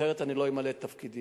אחרת אני לא אמלא את תפקידי.